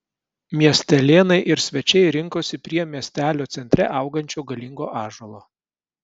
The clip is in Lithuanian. miestelėnai ir svečiai rinkosi prie miestelio centre augančio galingo ąžuolo